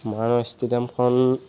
আমাৰ ষ্টেডিয়ামখন